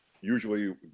Usually